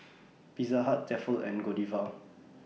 Pizza Hut Tefal and Godiva